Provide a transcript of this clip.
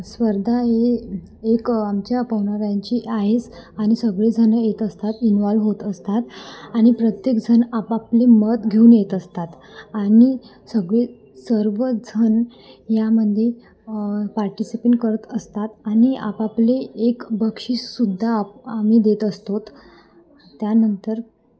स्पर्धा हे एक आमच्या पवनारची आ आहेस आणि सगळेजण येत असतात इनवॉल्व होत असतात आणि प्रत्येकजण आपापले मत घेऊन येत असतात आणि सगळे सर्वजण यामध्ये पार्टिसिपेंट करत असतात आणि आपापले एक बक्षीससुद्धा आप आम्ही देत असतो त्यानंतर